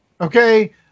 okay